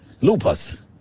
lupus